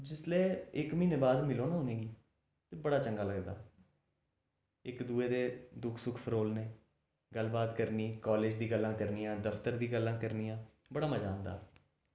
ते जिसलै इक म्हीने बाद मिलो ना उनें गी बड़ा चंगा लगदा इक दूए दे दुख सुख फरोलने गल्लबात करनी कालेज दियां गल्लां करनियां दफ्तर दियां गल्लां करनियां बड़ा मजा औंदा